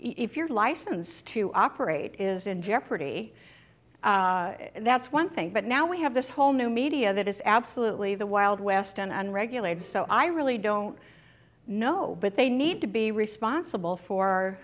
eat your license to operate is in jeopardy and that's one thing but now we have this whole new media that is absolutely the wild west an unregulated so i really don't know but they need to be responsible for